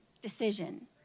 decision